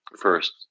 First